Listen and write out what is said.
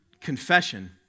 confession